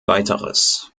weiteres